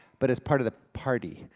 but as part of the party.